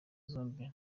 zombi